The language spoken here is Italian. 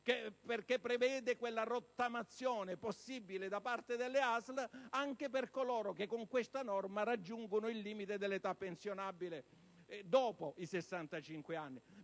perché prevede quella rottamazione possibile da parte delle ASL anche per coloro che con questa norma raggiungono il limite dell'età pensionabile dopo i 65 anni.